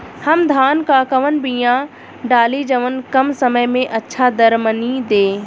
हम धान क कवन बिया डाली जवन कम समय में अच्छा दरमनी दे?